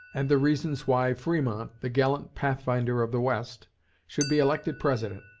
and the reasons why fremont, the gallant pathfinder of the west should be elected president.